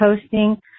posting